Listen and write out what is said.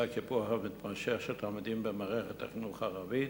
הקיפוח המתמשך של תלמידים במערכת החינוך הערבית,